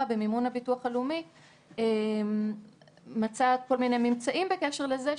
במימון הביטוח הלאומי מצא כל מיני ממצאים בקשר לזה,